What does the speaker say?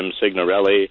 signorelli